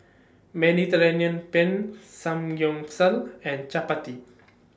Mediterranean Penne Samgyeopsal and Chapati